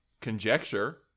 conjecture